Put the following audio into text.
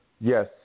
Yes